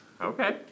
Okay